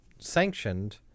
sanctioned